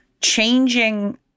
changing